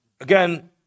again